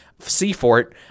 Seafort